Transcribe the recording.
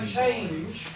change